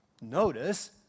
Notice